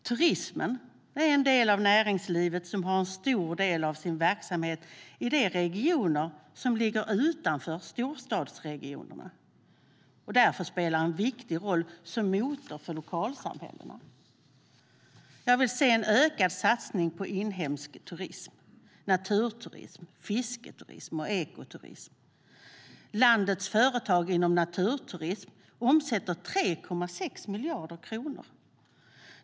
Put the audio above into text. Turismen är den del av näringslivet som har en stor del av sin verksamhet i de regioner som ligger utanför storstadsregionerna, och turismen har därför en viktig roll som motor i lokalsamhällena. Jag vill se en ökad satsning på inhemsk turism - naturturism, fisketurism och ekoturism. Landets företag inom naturturism omsätter 3,6 miljarder kronor.